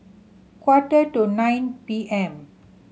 quarter to nine P M